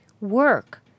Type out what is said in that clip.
work